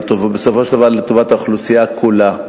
היא בסופו של דבר לטובת האוכלוסייה כולה,